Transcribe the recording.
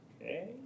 okay